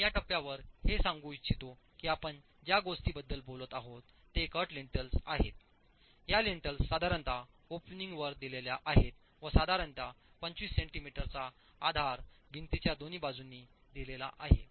मी या टप्प्यावर हे सांगू इच्छितो की आपण ज्या गोष्टींबद्दल बोलत आहोत ते कट लिंटलल्स आहेतह्या लिंटलल्स साधारणता ओपनिंग वर दिलेल्या आहेत व साधारणता पंचवीस सेंटीमीटर चा आधार भिंतीच्या दोन्ही बाजूंनी दिलेला आहे